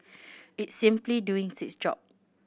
it's simply doing its job